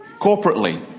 corporately